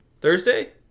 Thursday